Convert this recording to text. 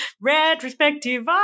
retrospective